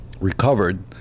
recovered